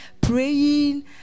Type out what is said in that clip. praying